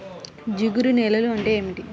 జిగురు నేలలు అంటే ఏమిటీ?